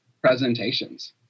presentations